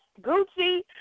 Gucci